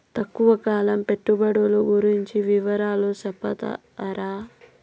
తక్కువ కాలం పెట్టుబడులు గురించి వివరాలు సెప్తారా?